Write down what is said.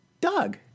Doug